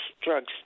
drugs